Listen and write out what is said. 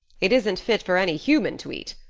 it isn't fit for any human to eat,